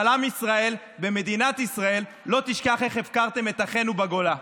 אבל עם ישראל ומדינת ישראל לא ישכחו איך הפקרתם את אחינו בגולה.